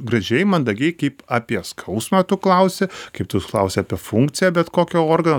gražiai mandagiai kaip apie skausmą tu klausi kaip tu klausi apie funkciją bet kokio organo